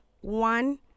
one